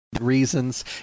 Reasons